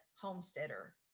homesteader